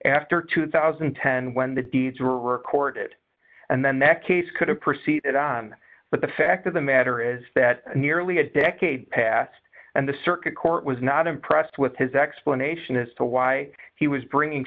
after two thousand and ten when the deeds were recorded and then that case could have proceeded on but the fact of the matter is that nearly a decade passed and the circuit court was not impressed with his explanation as to why he was bringing